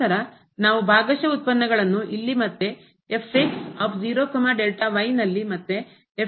ನಂತರ ನಾವು ಭಾಗಶಃ ಉತ್ಪನ್ನಗಳನ್ನು ಇಲ್ಲಿ ಮತ್ತೆ ನಲ್ಲಿ ಮತ್ತು ನಲ್ಲಿ ಲೆಕ್ಕಾಚಾರ ಮಾಡಬೇಕಾಗಿದೆ